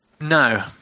No